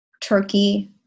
turkey